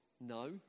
no